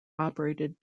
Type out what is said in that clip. operated